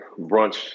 brunch